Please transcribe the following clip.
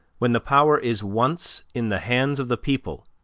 when the power is once in the hands of the people,